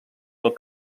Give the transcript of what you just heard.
del